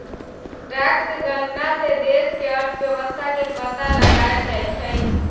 tax गणना से देश के अर्थव्यवस्था के पता लगाएल जाई छई